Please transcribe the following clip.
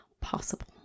possible